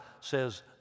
says